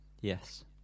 Yes